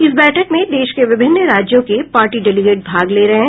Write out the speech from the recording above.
इस बैठक में देश के विभिन्न राज्यों के पार्टी डेलिगेट भाग ले रहे हैं